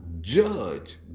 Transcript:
judge